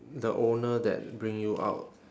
the owner that bring you out